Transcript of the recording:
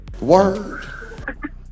Word